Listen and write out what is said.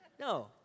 No